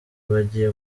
bagiye